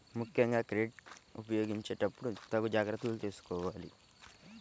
ముక్కెంగా క్రెడిట్ ఉపయోగించేటప్పుడు తగు జాగర్తలు తీసుకోవాలి